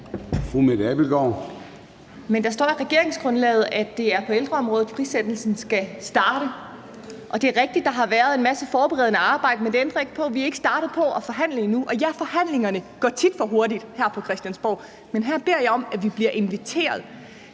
der står i regeringsgrundlaget, at det er på ældreområdet, at frisættelsen skal starte. Og det er rigtigt, at der har været en masse forberedende arbejde. Men det ændrer ikke på, at vi ikke er startet på at forhandle endnu. Og ja, forhandlingerne går tit for hurtigt her på Christiansborg, men her beder jeg om, at vi bliver inviteret.